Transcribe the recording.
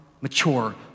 mature